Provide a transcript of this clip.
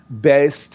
based